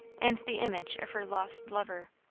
and the image of her lost lover,